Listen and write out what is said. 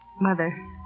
Mother